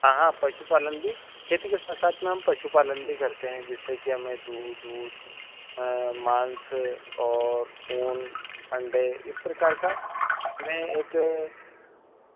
हाँ हाँ पशुपालन भी खेती के साथ हम पशुपालन भी करते हैं जिससे कि हमें दूध वूध मांस और अंडे इस प्रकार का इसमें एक